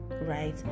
right